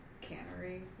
cannery